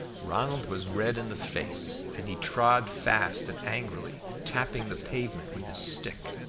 ronald was red in the face, and he trod fast and angrily, tapping the pavement with his stick.